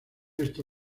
esto